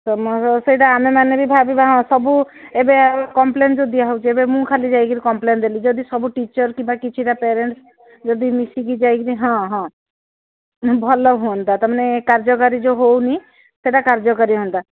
ତୁମର ସେଇଟା ଆମେମାନେ ବି ଭାବିବା ହଁ ସବୁ ଏବେ କମ୍ପ୍ଲେନ୍ ଯୋଉ ଦିଆହେଉଛି ଏବେ ମୁଁ ଖାଲି ଯାଇକି କମ୍ପ୍ଲେନଡ ଦେଲି ଯଦି ସବୁ ଟିଚର୍ କିମ୍ବା କିଛିଟା ପ୍ୟାରେଣ୍ଟସ୍ ଯଦି ମିଶିକି ଯାଇକିରି ହଁ ହଁ ଭଲ ହୁଅନ୍ତା ତୁମେମାନେ କାର୍ଯ୍ୟକାରୀ ଯାହା ହେଉନି ସେଟା କାର୍ଯ୍ୟକାରୀ ହୁଅନ୍ତା